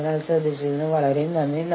ഞാൻ പറയുന്നത് ശ്രദ്ധിച്ചതിന് വളരെ നന്ദി